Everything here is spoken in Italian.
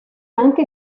anche